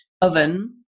oven